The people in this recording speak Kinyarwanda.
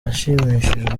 yashimishijwe